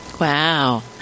wow